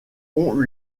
ont